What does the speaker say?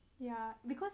ya because